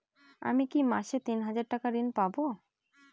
আমি কি মাসে তিন হাজার টাকার ঋণ পাবো?